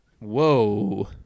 Whoa